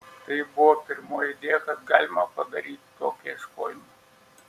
tai buvo pirmoji idėja kad galima padaryti tokį ieškojimą